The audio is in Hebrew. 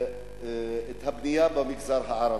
הבנייה במגזר הערבי.